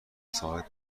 ثابت